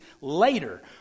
later